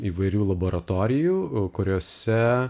įvairių laboratorijų kuriose